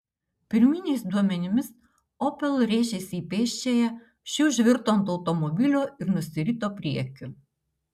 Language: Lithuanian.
pirminiais duomenimis opel rėžėsi į pėsčiąją ši užvirto ant automobilio ir nusirito priekiu